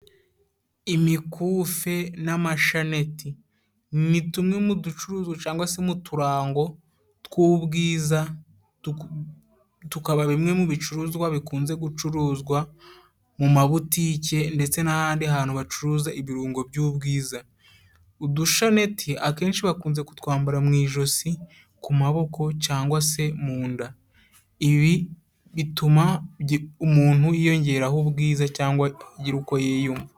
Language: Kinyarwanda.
Imikufe n'amashaneti ni tumwe muducuruzwa cyangwa se n'uturango tw'ubwiza. Tukaba bimwe mu bicuruzwa bikunze gucuruzwa mu mabutike ndetse n'ahandi hantu bacuruza ibirungo by'ubwiza. Udushaneti akenshi bakunze kutwambara mu ijosi, ku maboko cyangwa se mu nda, ibi bituma umuntu yiyongeraho ubwiza cyangwa agira uko yiyumva.